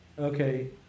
Okay